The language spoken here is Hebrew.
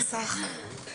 בסדר.